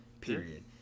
Period